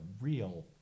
real